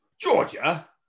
Georgia